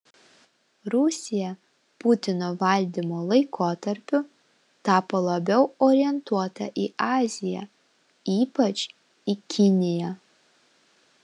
rusija putino valdymo laikotarpiu tapo labiau orientuota į aziją ypač į kiniją